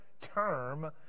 term